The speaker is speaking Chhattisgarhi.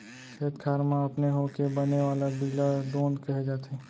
खेत खार म अपने होके बने वाला बीला दोंद कहे जाथे